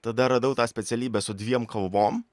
tada radau tą specialybę su dviem kalbom